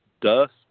dust